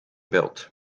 built